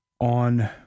on